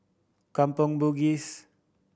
Kampong Bugis